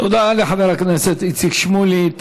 תודה לחבר הכנסת איציק שמולי.